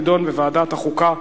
תידון בוועדת החוקה,